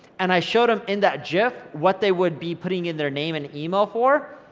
and i showed em in that gif what they would be putting in their name and email for.